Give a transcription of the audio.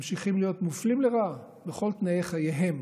ממשיכים להיות מופלים לרעה בכל תנאי חייהם.